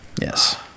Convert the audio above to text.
Yes